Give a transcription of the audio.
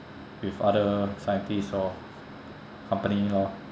with other scientist or company lor